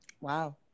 Wow